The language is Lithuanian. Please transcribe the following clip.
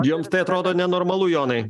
jums tai atrodo nenormalu jonai